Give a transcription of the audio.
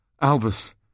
Albus